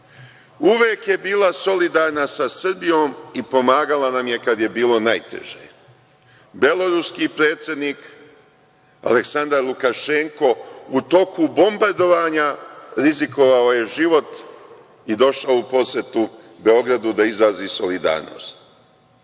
uvek je bila solidarna sa Srbijom i pomagala nam je kad je bilo najteže. Beloruski predsednik Aleksandar Lukašenko, u toku bombardovanja rizikovao je život i došao u posetu Beogradu da izrazi solidarnost. Reći